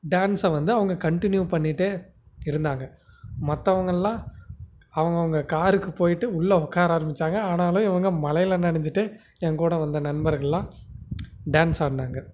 டேன்ஸை வந்து அவங்க கண்டினியூ பண்ணிகிட்டே இருந்தாங்க மற்றவங்கள்லாம் அவங்கவுங்க காருக்கு போயிட்டு உள்ளே உக்கார ஆரமித்தாங்க ஆனாலும் இவங்க மழையில நனைஞ்சுட்டே என் கூட வந்த நண்பர்களெலாம் டேன்ஸ் ஆடினாங்க